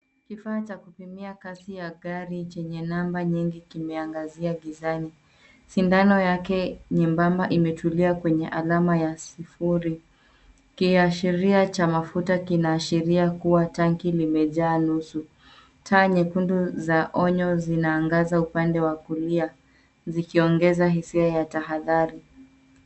Kifaa cha kupimia kasi ya gari chenye namba nyingi kimeangazia gizani. Sindano yake nyembemba imetulia kwenye alama ya sufuri. Kiashiria cha mafuta kinaashiria kuwa tanki limejaa nusu. Taa nyekundu za onyo zinaangaza upande wa kulia; zikiongeza hisia ya tahadhari.